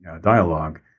dialogue